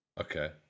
okay